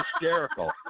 hysterical